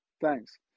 thanks